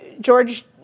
George